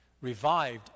revived